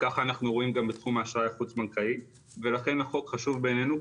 וככה אנחנו רואים גם בתחום האשראי החוץ בנקאי ולכן החוק חשוב בעינינו,